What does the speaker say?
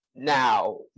now